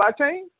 blockchain